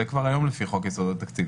זה כבר היום לפי חוק יסודות התקציב.